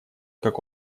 как